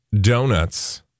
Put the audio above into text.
Donuts